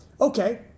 Okay